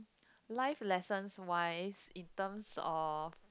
life lessons wise in terms of